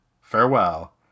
farewell